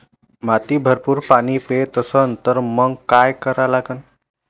माती भरपूर पाणी पेत असन तर मंग काय करा लागन?